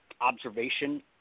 observation